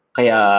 Kaya